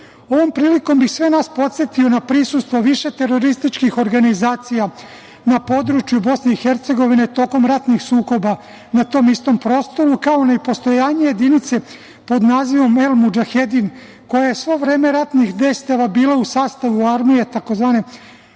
prilikom bih sve nas podsetio na prisustvo više terorističkih organizacija na području Bosne i Hercegovine tokom ratnih sukoba na tom istom prostoru, kao i na postojanje jedinice pod nazivom El Mudžahedin koja je sve vreme ratnih dejstava bila u sastavu tzv.